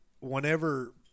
whenever